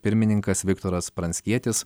pirmininkas viktoras pranckietis